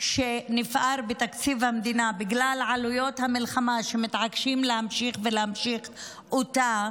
שנפער בתקציב המדינה בגלל עלויות המלחמה שמתעקשים להמשיך ולהמשיך אותה,